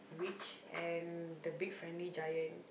witch and the Big Friendly Giant